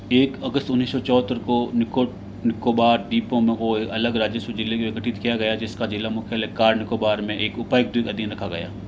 एक अगस्त उन्नीस सौ चौहत्तर को निको निकोबार द्वीपों में हो अलग राजस्व जिले मे गठित किया गया जिसका जिला मुख्यालय कार निकोबार मे एक उपायुक्त के आधीन रखा गया